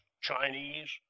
Chinese